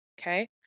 Okay